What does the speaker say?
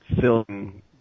film